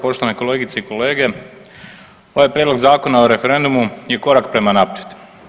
Poštovane kolegice i kolege, ovaj Prijedlog Zakona o referendumu je korak prema naprijed.